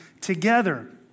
together